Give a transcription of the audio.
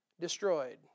destroyed